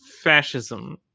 fascism